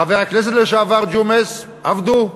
חבר הכנסת לשעבר ג'ומס, עבדו והתקדמו.